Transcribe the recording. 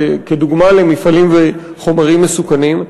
כדוגמה למפעלים וחומרים מסוכנים.